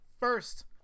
first